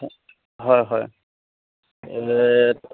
হয় হয়